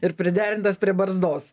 ir priderintas prie barzdos